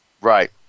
right